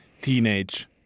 teenage